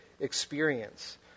experience